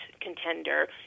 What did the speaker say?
contender